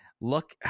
Look